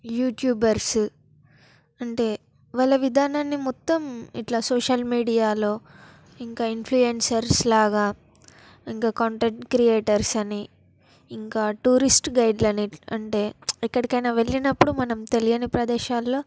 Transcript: YouTubers అంటే వాళ్ళ విధానాన్ని మొత్తం ఇట్లా సోషల్ మీడియాలో ఇంకా ఇన్ఫ్లుయెన్సర్స్ లాగా ఇంకా కంటెంట్ క్రియేటర్స్ అని ఇంకా టూరిస్ట్ గైడులని అంటే ఎక్కడికైనా వెళ్ళినప్పుడు మనం తెలియని ప్రదేశాలలో